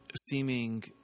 seeming